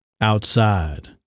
Outside